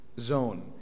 zone